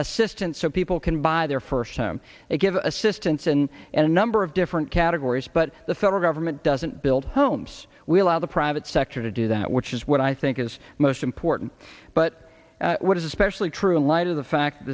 assistance so people can buy their first time to give assistance in and number of different categories but the federal government doesn't build homes we allow the private sector to do that which is what i think is most important but what is especially true in light of the fact th